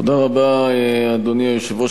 אדוני היושב-ראש,